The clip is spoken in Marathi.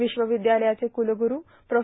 विश्वविद्यालयाचे कुलगुरू प्रो